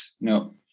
No